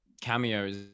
cameos